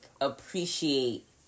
appreciate